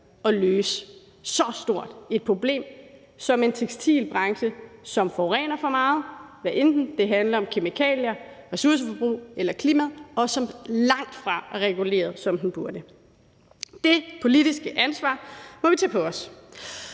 at løse så stort et problem som en tekstilbranche, som forurener for meget, hvad enten det handler om kemikalier, ressourceforbrug eller klimaet, og som langtfra er reguleret, som den burde. Det politiske ansvar må vi tage på os.